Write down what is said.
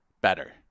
Better